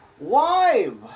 live